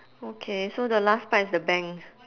okay so the last part is the bank